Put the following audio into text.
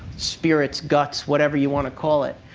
spirits, guts, whatever you want to call it.